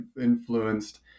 influenced